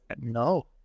no